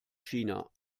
china